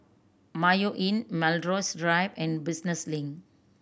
Mayo Inn Melrose Drive and Business Link